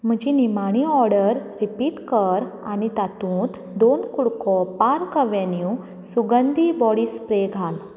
म्हजी निमाणी order repeat कर आनी तातूत दोन कु़डको पार्क अवेन्यू सुगंधी बॉडी स्प्रे घाल